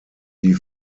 die